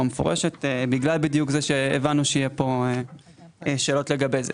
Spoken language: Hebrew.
מפורשת בגלל שהבנו שיהיו פה שאלות לגבי זה.